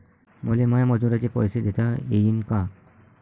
मले माया मजुराचे पैसे देता येईन का?